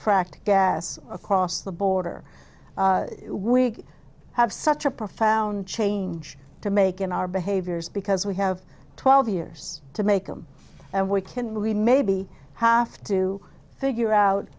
cracked gas across the border we have such a profound change to make in our behaviors because we have twelve years to make them and we can we maybe have to figure out